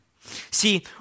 See